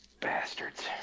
bastards